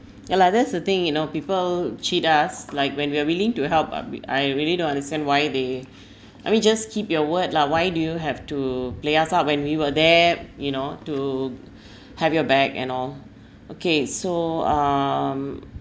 ya lah that's the thing you know people cheat us like when we are willing to help uh I really don't understand why they I mean just keep your word lah why do you have to play us up when we were there you know to have your back and all okay so um